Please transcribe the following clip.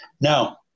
Now